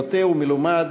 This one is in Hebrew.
בוטח ומלומד